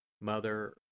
Mother